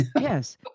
Yes